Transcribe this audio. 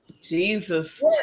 jesus